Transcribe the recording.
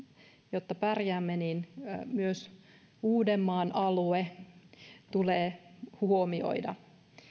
jotta pärjäämme tulee maan kannalta myös uudenmaan alue huomioida